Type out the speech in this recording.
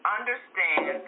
Understand